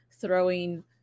throwing